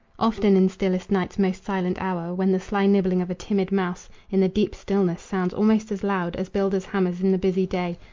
often in stillest night's most silent hour, when the sly nibbling of a timid mouse in the deep stillness sounds almost as loud as builders' hammers in the busy day,